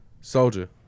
Soldier